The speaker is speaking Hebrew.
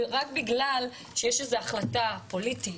ורק בגלל שיש איזה החלטה פוליטית,